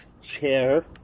chair